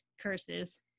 curses